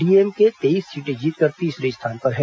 DMK तेईस सीटे जीतकर तीसरे स्थान पर है